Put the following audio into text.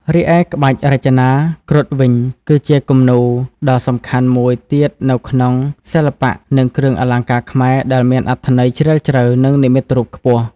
រីឯ ក្បាច់រចនាគ្រុឌវិញ គឺជាគំនូរដ៏សំខាន់មួយទៀតនៅក្នុងសិល្បៈ និងគ្រឿងអលង្ការខ្មែរ ដែលមានអត្ថន័យជ្រាលជ្រៅ និងនិមិត្តរូបខ្ពស់។